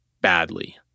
badly